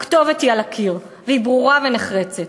הכתובת היא על הקיר, והיא ברורה ונחרצת.